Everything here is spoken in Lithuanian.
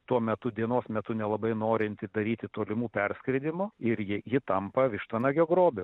tuo metu dienos metu nelabai norinti daryti tolimų perskridimų ir ji ji tampa vištvanagio grobiu